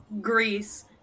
Greece